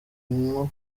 nko